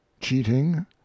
cheating